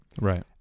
Right